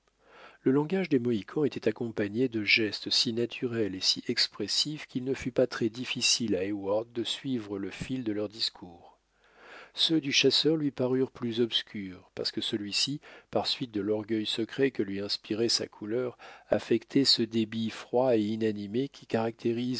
le langage des mohicans était accompagné de gestes si naturels et si expressifs qu'il ne fut pas très difficile à heyward de suivre le fil de leurs discours ceux du chasseur lui parurent plus obscurs parce que celui-ci par suite de l'orgueil secret que lui inspirait sa couleur affectait ce débit froid et inanimé qui caractérise